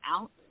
out